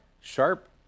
Sharp